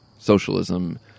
Socialism